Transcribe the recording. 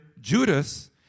Judas